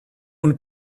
und